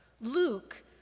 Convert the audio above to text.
Luke